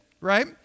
right